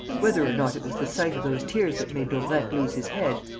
whether or not it was the sight of those tears that made daubrecq lose his head,